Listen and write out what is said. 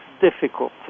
difficult